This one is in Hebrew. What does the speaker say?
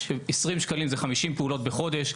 20 שקלים זה 50 פעולות בחודש.